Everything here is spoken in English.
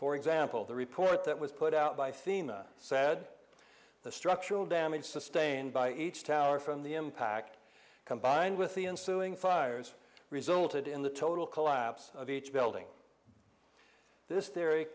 for example the report that was put out by thema said the structural damage sustained by each tower from the impact combined with the ensuing fires resulted in the total collapse of each building this theory